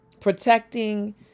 protecting